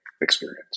experience